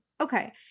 Okay